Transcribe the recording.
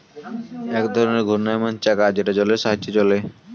এক ধরনের ঘূর্ণায়মান চাকা যেটা জলের সাহায্যে চলে